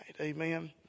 Amen